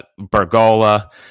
Bergola